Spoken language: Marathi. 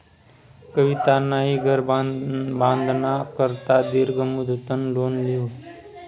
कवितानी घर बांधाना करता दीर्घ मुदतनं लोन ल्हिनं